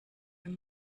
your